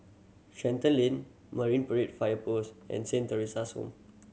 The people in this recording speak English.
Shenton Lane Marine Parade Fire Post and Saint Theresa's Home